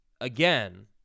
again